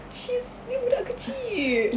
she's ni budak kecil